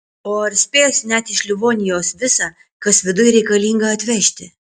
o ar spės net iš livonijos visa kas viduj reikalinga atvežti